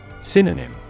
Synonym